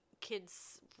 kids